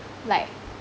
like